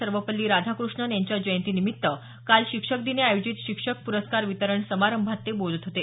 सर्वपल्ली राधाकृष्णन यांची जयंतीनिमित्त काल शिक्षक दिनी आयोजित शिक्षक प्रस्कार वितरण समारंभात ते बोलत होते